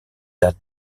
dat